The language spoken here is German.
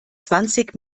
zwanzig